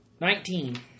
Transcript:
Nineteen